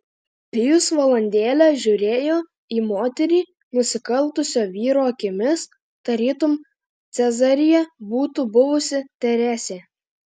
pijus valandėlę žiūrėjo į moterį nusikaltusio vyro akimis tarytum cezarija būtų buvusi teresė